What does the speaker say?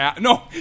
No